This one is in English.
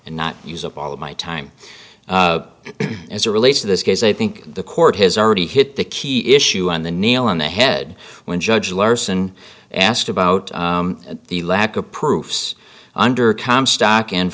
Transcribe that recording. and not use up all of my time as a release of this case i think the court has already hit the key issue on the nail on the head when judge larsen asked about the lack of proofs under comstock and